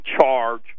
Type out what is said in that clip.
charge